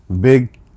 Big